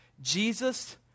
Jesus